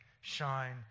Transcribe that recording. shine